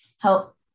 help